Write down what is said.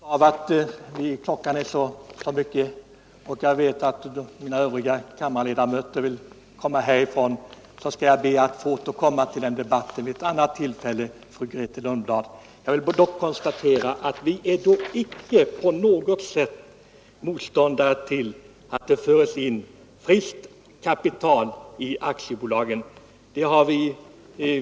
Herr talman! På grund av att klockan är så mycket och jag vet att övriga kammarledamöter vill komma härifrån ber jag att få återkomma till denna debatt vid ett annat tillfälle, fru Lundblad. Jag vill dock konstatera att vi icke på något sätt är motståndare till att det föres in friskt kapital i aktiebolagen.